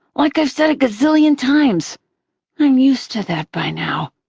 like i've said a gazillion times i'm used to that by now.